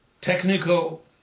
technical